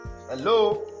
hello